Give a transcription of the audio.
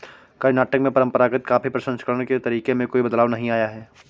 कर्नाटक में परंपरागत कॉफी प्रसंस्करण के तरीके में कोई बदलाव नहीं आया है